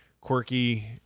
quirky